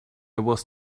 was